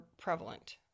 prevalent